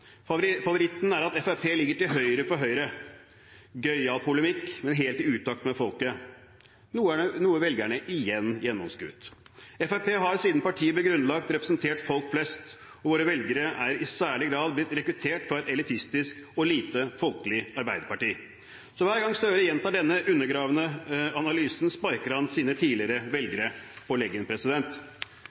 valgkampen. Favoritten er at Fremskrittspartiet ligger til høyre for Høyre. Gøyal polemikk, men helt i utakt med folket – noe velgerne igjen gjennomskuet. Fremskrittspartiet har siden partiet ble grunnlagt representert folk flest, og våre velgere er i særlig grad blitt rekruttert fra et elitistisk og lite folkelig Arbeiderparti. Så hver gang Gahr Støre gjentar denne undergravende analysen, sparker han sine tidligere velgere på